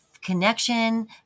connection